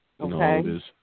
Okay